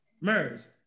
MERS